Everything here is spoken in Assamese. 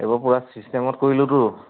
এইবাৰ পূৰা ছিষ্টেমত কৰিলোতো